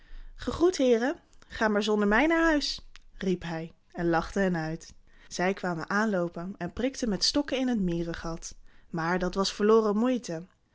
gegroet heeren ga maar zonder mij naar huis riep hij en lachte hen uit zij kwamen aanloopen en prikten met stokken in het mierengat maar dat was verloren moeite